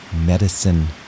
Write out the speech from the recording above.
Medicine